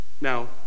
Now